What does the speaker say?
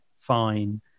fine